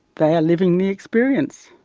they are living the experience.